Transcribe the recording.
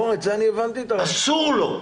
אסור לו.